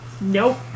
Nope